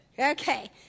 Okay